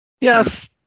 Yes